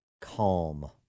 calm